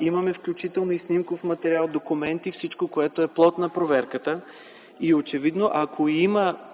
Имаме включително и снимков материал, документи – всичко, което е плод на проверката. Ако има